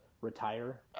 retire